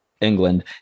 England